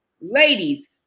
ladies